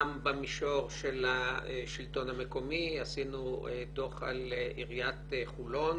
גם במישור של השלטון המקומי עשינו דוח על עיריית חולון